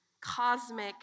cosmic